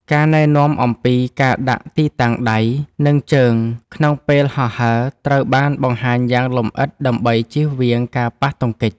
ការណែនាំអំពីការដាក់ទីតាំងដៃ និងជើងក្នុងពេលហោះហើរ ត្រូវបានបង្ហាញយ៉ាងលម្អិតដើម្បីជៀសវាងការប៉ះទង្គិច។